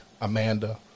Amanda